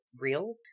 real